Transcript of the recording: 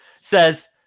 says